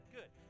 Good